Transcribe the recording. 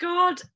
God